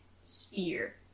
sphere